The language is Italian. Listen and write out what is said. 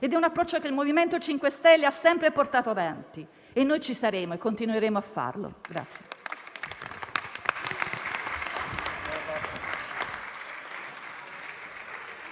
È un approccio che il MoVimento 5 Stelle ha sempre portato avanti. Noi ci saremo e continueremo a farlo.